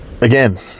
again